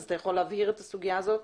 אתה יכול להבהיר את הסוגיה הזאת?